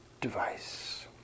device